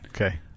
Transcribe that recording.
Okay